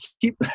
keep